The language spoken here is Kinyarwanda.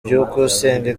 byukusenge